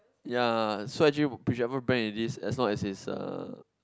ya so actually whichever brand it is as long as is a